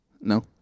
No